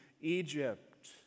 Egypt